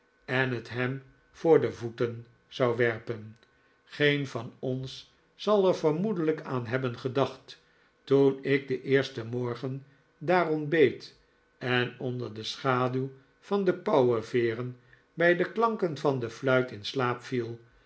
en het hem voor de voeten zou werpen geen van ons zal er vermoedelijk aan hebben gedacht toen ik den eersten morgen daar ontbeet en onder de schaduw van de pauweveeren bij de klanken van de fluit in slaap viel